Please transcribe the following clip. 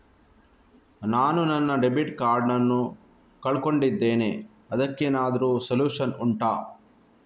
ನಾನು ನನ್ನ debit card ನ್ನು ಕಳ್ಕೊಂಡಿದ್ದೇನೆ ಅದಕ್ಕೇನಾದ್ರೂ ಸೊಲ್ಯೂಷನ್ ಉಂಟಾ